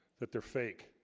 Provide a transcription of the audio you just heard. that they're fake